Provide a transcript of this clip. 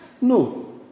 No